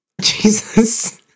Jesus